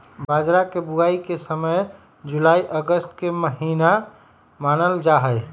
बाजरा के बुवाई के समय जुलाई अगस्त के महीना मानल जाहई